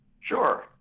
Sure